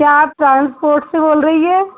क्या आप ट्रांसपोर्ट से बोल रही है